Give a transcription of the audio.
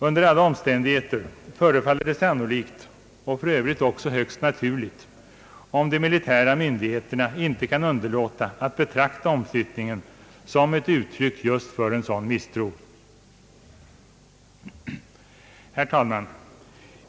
Under alla omständigheter förefaller det sannolikt och för övrigt också naturligt, om de militära myndigheterna inte kan underlåta att betrakta omflyttningen som ett uttryck för sådan misstro. Herr talman!